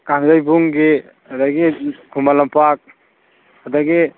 ꯀꯥꯡꯖꯩꯕꯨꯡꯒꯤ ꯑꯗꯒꯤ ꯈꯨꯃꯟ ꯂꯝꯄꯥꯛ ꯑꯗꯒꯤ